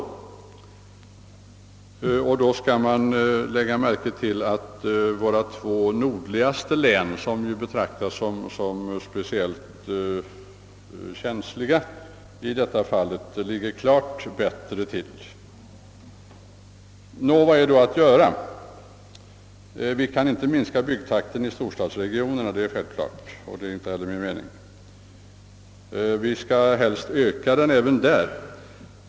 Och då skall man lägga märke till att våra två nordligaste län, som brukar betraktas som speciellt känsliga i detta avseende, ligger klart bättre till. Nå, vad är då att göra? Vi kan inte minska byggtakten i storstadsregionerna. Det är självklart, och det är inte heller min mening. Helst skall vi öka den även där.